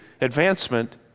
advancement